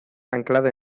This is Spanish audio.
anclada